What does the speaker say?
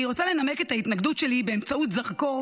אני רוצה לנמק את ההתנגדות שלי באמצעות זרקור